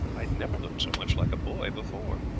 i had never looked so much like a boy before.